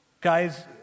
Guys